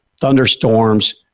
thunderstorms